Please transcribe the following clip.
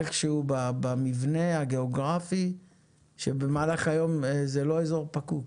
איכשהו במבנה הגיאוגרפי שבמהלך היום זה לא אזור פקוק,